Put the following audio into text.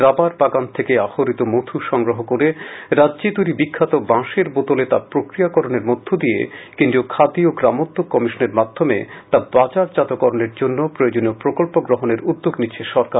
rubber বাগান থেকে আহরিত মধু সংগ্রহ করে রাজ্যে তৈরি বিখ্যাত বাঁশের বোতল তা প্রক্রিয়াকরণের মধ্য দিয়ে কেন্দ্রীয় খাদি ও গ্রামোদ্যোগ কমিশনের মাধ্যমে তা বাজারজাতকরণের জন্য প্রয়োজনীয় প্রকল্প গ্রহণের উদ্যোগ নিচ্ছে সরকার